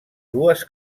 dues